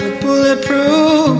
bulletproof